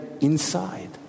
inside